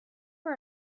for